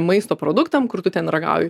maisto produktam kur tu ten ragauji